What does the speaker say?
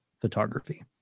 photography